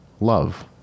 Love